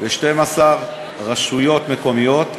ב-12 רשויות מקומיות,